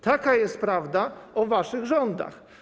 Taka jest prawda o waszych rządach.